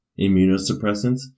immunosuppressants